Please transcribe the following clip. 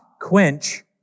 quench